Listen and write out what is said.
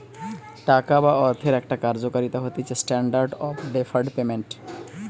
টাকা বা অর্থের একটা কার্যকারিতা হতিছেস্ট্যান্ডার্ড অফ ডেফার্ড পেমেন্ট